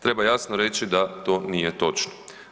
Treba jasno reći da to nije točno.